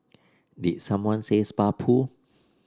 did someone say spa pool